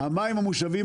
המים המושבים,